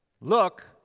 look